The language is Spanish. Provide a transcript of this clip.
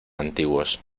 antiguos